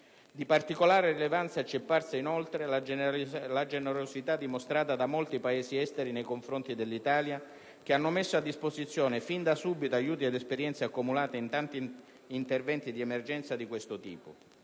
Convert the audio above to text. Di particolare rilevanza ci è parsa inoltre la generosità dimostrata da molti Paesi esteri nei confronti dell'Italia i quali hanno messo a disposizione fin da subito aiuti ed esperienza accumulata in tanti interventi di emergenza di questo tipo;